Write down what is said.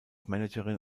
managerin